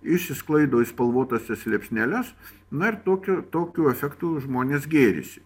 išsisklaido į spalvotąsias liepsneles na ir tokiu tokiu efektu žmonės gėrisi